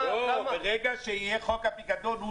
ברגע שיהיה חוק הפיקדון,